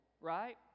Right